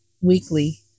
weekly